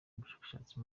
ubushabitsi